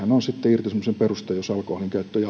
on sitten irtisanomisen peruste jos alkoholinkäyttö jatkuu